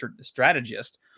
strategist